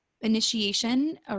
initiation